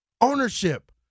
Ownership